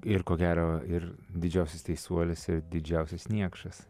ir ko gero ir didžiausias teisuolis ir didžiausias niekšas